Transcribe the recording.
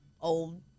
old